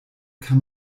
kann